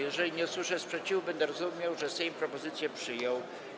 Jeżeli nie usłyszę sprzeciwu, będę rozumiał, że Sejm propozycje przyjął.